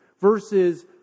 Versus